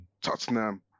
Tottenham